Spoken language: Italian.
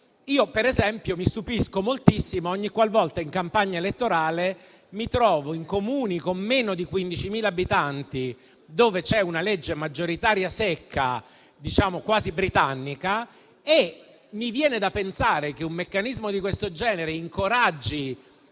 Io, per esempio, mi stupisco moltissimo ogniqualvolta in campagna elettorale mi trovo in Comuni con meno di 15.000 abitanti, dove c'è una legge maggioritaria secca, diciamo quasi britannica, perché mi viene da pensare che un meccanismo di questo genere incoraggi